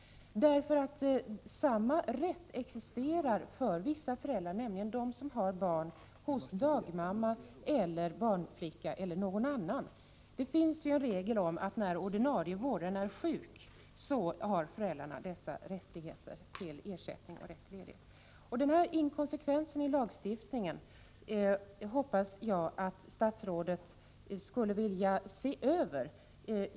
Samma rätt existerar för vissa föräldrar, nämligen för dem som har barn hos dagmamma, barnflicka eller någon annan. Det finns en regel om att när ordinarie vårdare är sjuk, så har föräldrarna rättighet till ledighet och ersättning för inkomstbortfall. Jag hoppas att statsrådet vill se över lagstiftningen med hänsyn till denna inkonsekvens.